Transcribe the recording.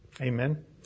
Amen